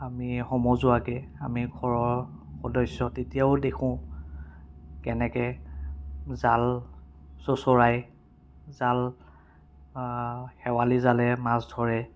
আমি সমজুৱাকৈ আমি ঘৰৰ সদস্য তেতিয়াও দেখোঁ কেনেকে জাল চোচৰাই জাল খেৱালী জালেৰে মাছ ধৰে